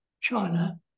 China